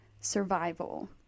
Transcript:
survival